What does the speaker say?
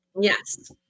Yes